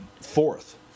Fourth